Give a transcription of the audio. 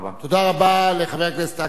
תודה רבה לחבר הכנסת אכרם חסון.